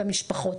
במשפחות.